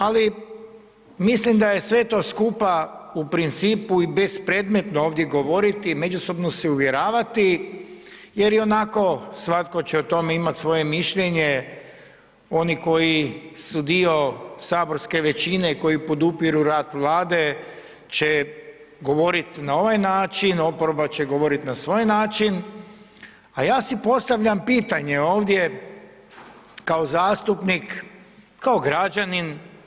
Ali mislim da je sve to skupa i bezpredmetno ovdje govoriti, međusobno se uvjeravati jer ionako svatko će o tome imati svoje mišljenje, oni koji su dio saborske većine i koji podupiru rad Vlade će govorit na ovaj način, oporba će govoriti na svoj način, a ja si postavljam pitanje ovdje kao zastupnik, kao građanin.